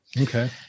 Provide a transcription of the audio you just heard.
Okay